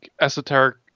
esoteric